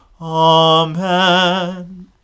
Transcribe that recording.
Amen